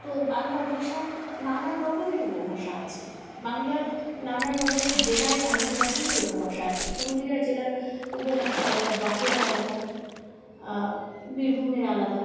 তো বাংলা ভাষার নানান রকমের উপভাষা আছে বাংলার নানান রকমের জেলায় নানান রকমের উপভাষা আছে পুরুলিয়া জেলার উপভাষা আলাদা বাঁকুড়ার আলাদা বীরভূমের আলাদা